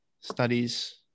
studies